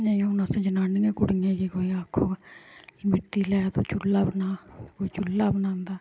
नेईं हून असें जनानियें कुड़ियें कोई आक्खग मिट्टी लै ते चुल्ला बना कोई चुल्ला बनांदा